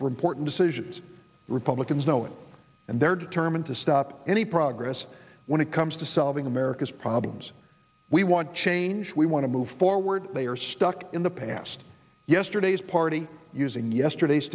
for important decisions republicans know it and they're determined to stop any progress when it comes to solving america's problems we want change we want to move forward they are stuck in the past yesterday's party using yesterday's